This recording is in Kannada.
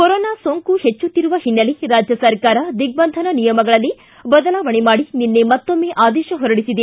ಕೊರೊನಾ ಸೋಂಕು ಹೆಚ್ಚುತ್ತಿರುವ ಹಿನ್ನೆಲೆ ರಾಜ್ಯ ಸರ್ಕಾರ ದಿಗ್ಬಂಧನ ನಿಯಮಗಳಲ್ಲಿ ಬದಲಾವಣೆ ಮಾಡಿ ನಿನ್ನೆ ಮತ್ತೊಮ್ಮೆ ಆದೇಶ ಹೊರಡಿಸಿದೆ